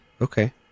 Okay